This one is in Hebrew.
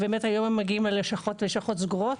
היום מגיעים, הלשכות סגורות.